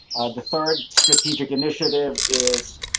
the third, strategic initiative is.